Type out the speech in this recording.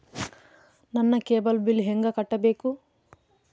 ನನ್ನ cable bill ಹೆಂಗ ಕಟ್ಟಬೇಕು?